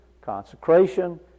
consecration